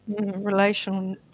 Relational